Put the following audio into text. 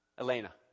Elena